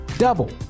Double